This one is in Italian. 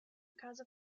caso